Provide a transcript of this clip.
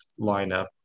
lineup